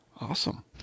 Awesome